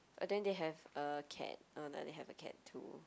but then they have a cat uh no they have a cat too